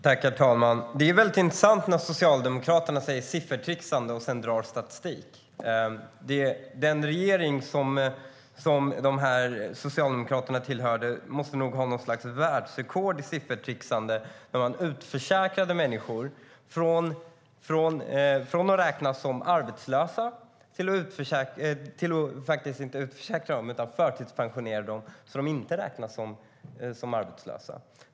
Herr talman! Det är intressant när Socialdemokraterna talar om siffertricksande och sedan drar statistik. Den socialdemokratiska regeringen måste nog ha haft något slags världsrekord i siffertricksande när man utförsäkrade människor. Från att ha räknats som arbetslösa förtidspensionerades de, så att de inte räknades som arbetslösa.